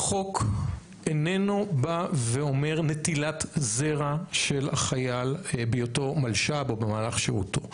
החוק איננו בא ואומר נטילת זרע של חייל בהיותו מלש"ב או במהלך שירותו.